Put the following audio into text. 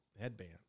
headband